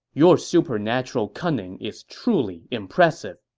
your supernatural cunning is truly impressive!